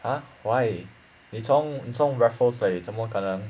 !huh! why 你从你从 raffles leh 这么可能